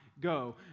go